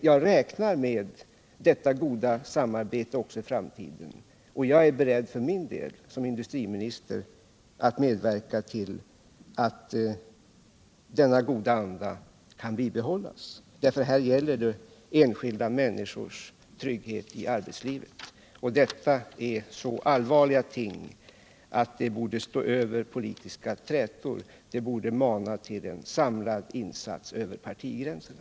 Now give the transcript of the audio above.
Jag räknar med detta goda samarbete också i framtiden, och jag är för min del som industriminister beredd att medverka till att denna goda anda kan bibehållas, för här gäller det enskilda människors trygghet i arbetslivet. Detta är så allvarliga ting att de borde stå över politiska trätor, de borde mana till en samlad insats över partigränserna.